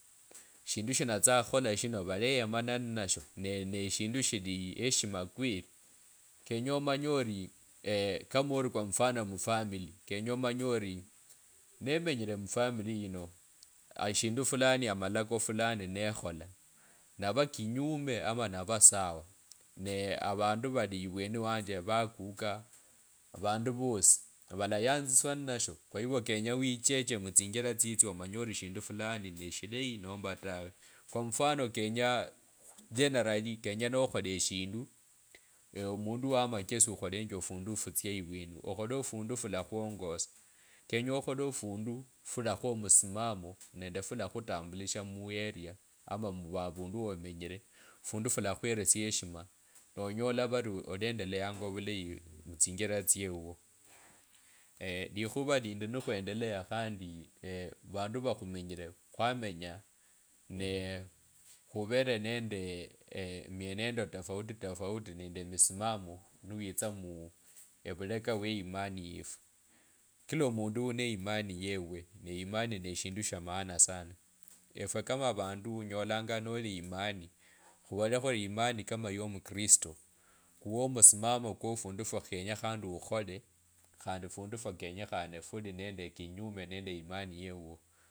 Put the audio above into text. Shindu shinatsistsanga okhukhole shino valeyamana ninasho neshindu shii eshima kweli kenya omanye ori kama ori kwa mfano mufamili ino ashindu fulani amalako fulani nekhola nava ekinyume ama nava sawa nee avandu vali ivyeni wanje vakuka vandu vosi valayatsiwa ninesho kwa hivyo kenye wicheche muchinjira tsitsyo omanye ori shindu fulan neshileyi nomba tawe kwa mfano kenya generali nokhola eshindu ewe omundu wa machesi okholenje ofundu futsya ivweni okhole ofundu fulakhwongosa kenye okhole ofundu fulakhuwaa omusimamo nende fulakhutambulisha mueria ama avandu womenyire fundu fulakhwelesia heshima olanyola vari olendeleyanga ovulayi mutsinjira tsyeuwo likhuva lindi nikwendelea khandi avandu va khumenyire khamenya khuwere nende emwenendo tofauti tofauti nende emisimamo niwitsa mm. Avuleka we imani yefu. Kila omundu une imani yewuwe imani yefu kila omundu une imani yewuwe imani neshindu sha maana sana. efye kama vandu onyolanga noli imani, khuvole khuri imani kama ori yo mukristo kuwo omusimamo kwo fundu fukhenye khandi okhole khandi fundu fwenyekhane fuli nende ekinyume nende imani yeuwo.